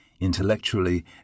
intellectually